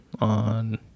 on